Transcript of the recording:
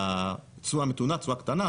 תשואה מתונה, תשואה קטנה.